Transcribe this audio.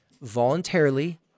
voluntarily